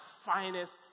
finest